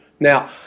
Now